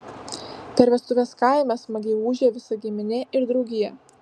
per vestuves kaime smagiai ūžia visa giminė ir draugija